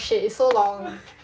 shit it's so long